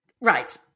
right